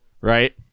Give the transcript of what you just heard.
Right